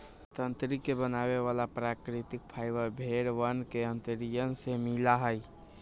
तंत्री के बनावे वाला प्राकृतिक फाइबर भेड़ वन के अंतड़ियन से मिला हई